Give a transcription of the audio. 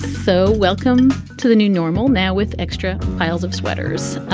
so welcome to the new normal now with extra piles of sweaters.